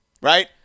right